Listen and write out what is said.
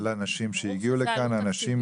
ברור שזה עלות תקציבית,